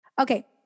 Okay